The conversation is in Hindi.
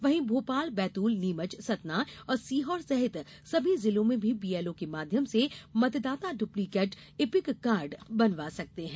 वहीं भोपाल बैतूल नीमचसतना और सीहोर सहित सभी जिलों में भी बीएलओ के माध्यम से मतदाता ड्प्लीकेट इपिक कार्ड बनवा सकते हैं